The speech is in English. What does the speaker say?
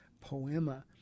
poema